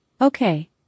Okay